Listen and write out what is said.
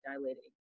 dilating